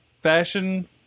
fashion